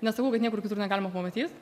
nesakau kad niekur kitur negalima pamatyt